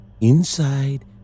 Inside